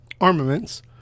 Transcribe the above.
armaments